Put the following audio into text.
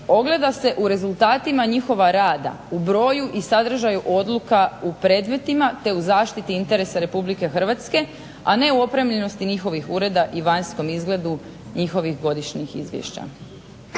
ogleda se u rezultatima njihova rada, i sadržaju odluka u predmetima, te u zaštiti interesa Republike Hrvatske, a ne opremljenosti njihovih ureda i vanjskom izgledu njihovih godišnjih izvješća.